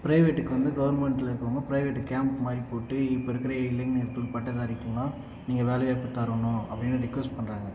ப்ரைவேட்டுக்கு வந்து கவர்மெண்ட்டில் இருக்கிறவங்க ப்ரைவேட்டுக்கு கேம்ப் மாதிரி போட்டு இப்போ இருக்கிற இளைஞர்களுக்கு பட்டதாரிகளுக்குலாம் நீங்கள் வேலையை தரணும் அப்படி ரிக்கொஸ்ட் பண்ணுறாங்க